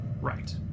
right